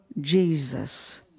Jesus